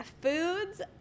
foods